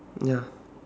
ya